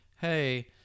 hey